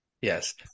Yes